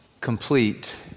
complete